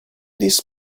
this